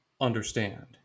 understand